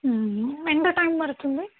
ఎంత టైమ్ పడుతుంది